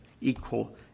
equal